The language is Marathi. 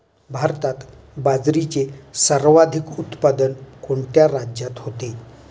भारतात बाजरीचे सर्वाधिक उत्पादन कोणत्या राज्यात होते?